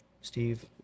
steve